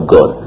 God